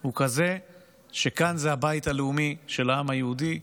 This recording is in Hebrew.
הוא כזה שכאן הבית הלאומי של העם היהודי.